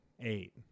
eight